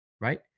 Right